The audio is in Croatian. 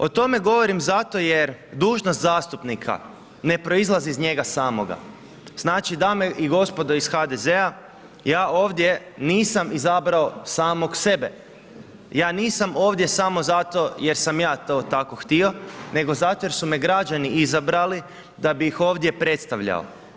O tome govorim zato jer dužnost zastupnika ne proizlazi iz njega samoga, znači dame i gospodo iz HDZ-a, ja ovdje nisam izabrao samog sebe, ja nisam ovdje samo zato jer sam ja to tako htio, nego zato jer su me građani izabrali da bi ih ovdje predstavljao.